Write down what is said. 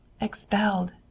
expelled